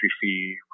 fee